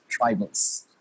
tribals